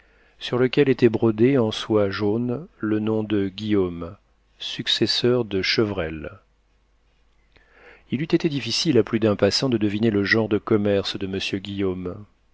sur lequel était brodé en soie jaune le nom de guillaume successeur de chevrel il eût été difficile à plus d'un passant de deviner le genre de commerce de monsieur guillaume